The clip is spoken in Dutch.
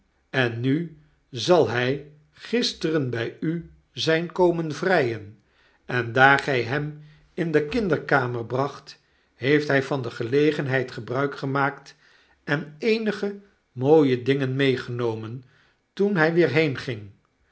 en nu zal hij gisteren bij u zijn komen vrijen en daar gy hem in de kinderkamer bracht heeft hy van de gelegenheid gebruik gemaakt en eenige mooie dingen meegenomen toenhij weer